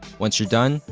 once your done,